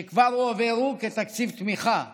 שכבר הועברו כתקציב תמיכה לעירייה,